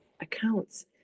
accounts